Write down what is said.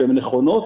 שהן נכונות,